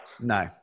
No